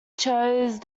chose